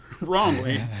wrongly